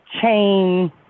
chain